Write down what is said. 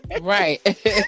Right